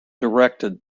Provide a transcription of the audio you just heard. directed